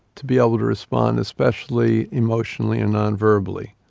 to be able to respond, especially emotionally and nonverbally.